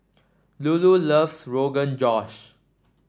Lulu loves Rogan Josh